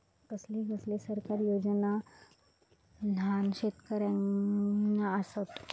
कसले कसले सरकारी योजना न्हान शेतकऱ्यांना आसत?